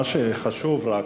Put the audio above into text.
מה שחשוב רק